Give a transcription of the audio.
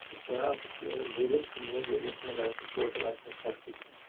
تہٕ برابر تُہۍ اگر ؤریَس تہِ نِیِو ؤریَس مَنٛز آسہِ نہٕ ٹوٹل آسہِ نہٕ فرقٕے کانٛہہ